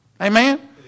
Amen